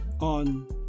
on